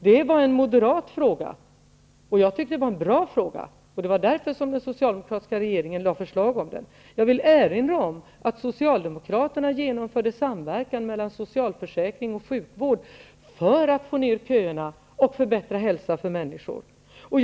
Det var en fråga som Moderaterna drev. Jag tyckte att det var en bra fråga, och det var också därför som den socialdemokratiska regeringen lade fram förslag om detta. Jag vill erinra om att Socialdemokraterna genomförde samverkan mellan socialförsäkring och sjukvård för att minska köerna och förbättra människors hälsa.